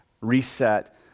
reset